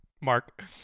Mark